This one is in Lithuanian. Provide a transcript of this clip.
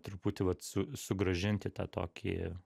truputį vat su sugrąžint į tą tokį